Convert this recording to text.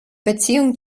beziehungen